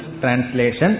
translation